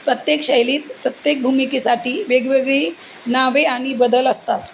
प्रत्येक शैलीत प्रत्येक भूमिकेसाठी वेगवेगळी नावे आणि बदल असतात